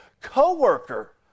co-worker